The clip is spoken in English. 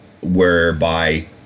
whereby